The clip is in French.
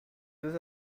deux